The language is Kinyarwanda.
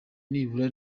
nibura